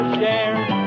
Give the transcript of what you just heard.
share